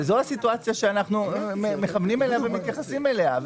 וזאת הסיטואציה שאנחנו מכוונים אליה ומתייחסים אליה.